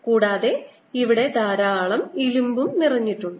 കൂടാതെ ഇവിടെ ധാരാളം ഇരുമ്പ് നിറഞ്ഞിട്ടുണ്ട്